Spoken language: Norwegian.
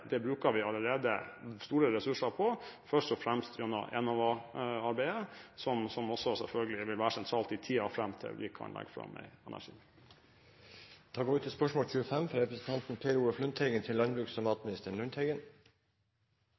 allerede bruker store ressurser på å flytte teknologier nærmere markedet– først og fremst gjennom Enova-arbeidet, som selvfølgelig også vil være sentralt i tiden fram til vi kan